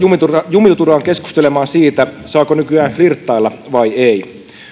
jumiudutaan keskustelemaan siitä saako nykyään flirttailla vai ei